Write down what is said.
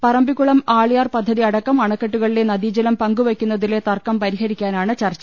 Parambikulam Aliyar പദ്ധതിയടക്കം അണക്കെട്ടുകളിലെ നദീജലം പങ്കുവയ്ക്കു ന്നതിലെ തർക്കം പരിഹരിക്കാനാണ് ചർച്ച